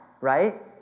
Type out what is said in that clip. right